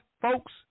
folks